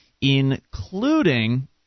including